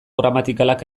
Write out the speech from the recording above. gramatikalak